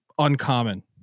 uncommon